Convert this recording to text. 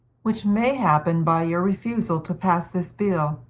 which may happen by your refusal, to pass this bill.